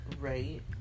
right